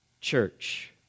church